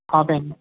ਹਾਂ ਭੈਣ